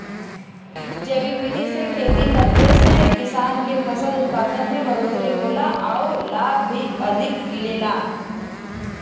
जैविक विधि से खेती करले से किसान के फसल उत्पादन में बढ़ोतरी होला आउर लाभ भी अधिक मिलेला